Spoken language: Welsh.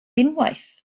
unwaith